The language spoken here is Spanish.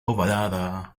ovalada